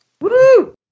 woo